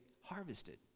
harvested